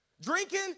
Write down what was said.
Drinking